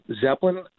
Zeppelin